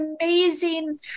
amazing